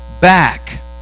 back